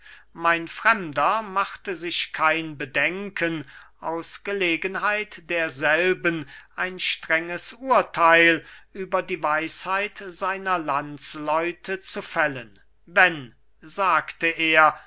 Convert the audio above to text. mein fremder machte sich kein bedenken aus gelegenheit derselben ein strenges urtheil über die weisheit seiner landesleute zu fällen wenn sagte er